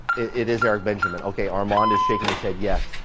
it is eric benjamin, okay. armand is shaking his head, yes.